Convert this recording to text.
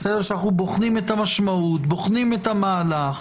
שאנחנו בוחנים את המשמעות, בוחנים את המהלך,